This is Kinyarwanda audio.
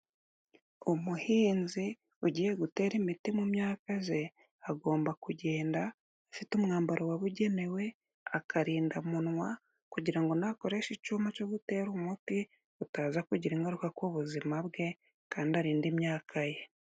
Umuhinzi ugiye gutera imiti mu myaka ze, agomba kugenda afite umwambaro wabugenewe, akarindamunwa kugira ngo nakoresha icuma cyo gutera umuti, utaza kugira ingaruka ku buzima bwe kandi arinde imyaka ye.